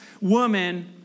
woman